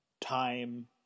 time